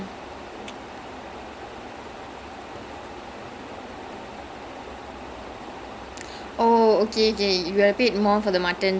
so so first question was did I did did I end up over paying ya ya so